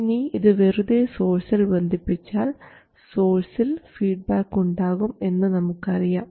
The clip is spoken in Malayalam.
ഇനി ഇത് വെറുതെ സോഴ്സിൽ ബന്ധിപ്പിച്ചാൽ സോഴ്സിൽ ഫീഡ്ബാക്ക് ഉണ്ടാകും എന്ന് നമുക്കറിയാം